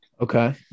Okay